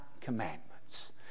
commandments